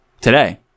today